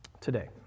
today